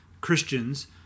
Christians